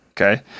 okay